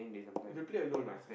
you play alone ah